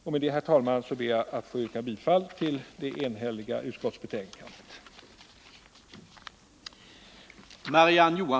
Med detta, herr talman, ber jag att få yrka bifall till utskottets enhälliga hemställan.